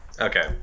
Okay